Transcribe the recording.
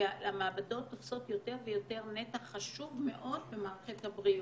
המעבדות תופסות יותר ויותר נתח חשוב מאוד במערכת הבריאות,